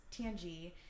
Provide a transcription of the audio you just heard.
TNG